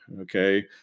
okay